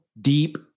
deep